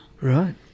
Right